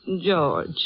George